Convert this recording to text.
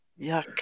Yuck